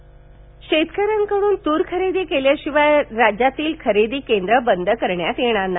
तूर खरेदी शेतकऱ्यांकडून तूर खरेदी केल्याशिवाय राज्यातील खरेदी केंद्र बंद करणार नाही